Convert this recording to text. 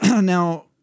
Now